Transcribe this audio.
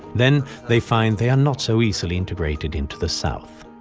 then, they find they are not so easily integrated into the south.